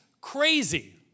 crazy